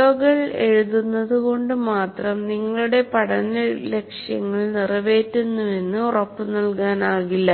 CO കൾ എഴുതുന്നത് കൊണ്ട് മാത്രം നിങ്ങളുടെ പഠന ലക്ഷ്യങ്ങൾ നിറവേറ്റുന്നുവെന്ന് ഉറപ്പുനൽകാനാകില്ല